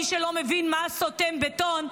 מי שלא מבין מה סותם בטון,